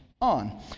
on